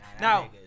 Now